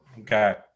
Okay